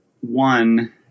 one